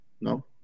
No